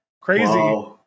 crazy